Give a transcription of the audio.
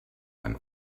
beim